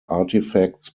artifacts